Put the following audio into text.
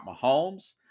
Mahomes